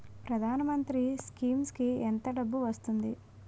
ప్రధాన మంత్రి స్కీమ్స్ కీ ఎంత డబ్బు వస్తుంది?